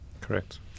Correct